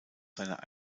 seiner